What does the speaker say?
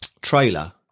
trailer